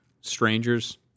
strangers